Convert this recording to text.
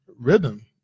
rhythm